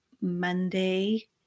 Monday